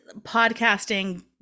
podcasting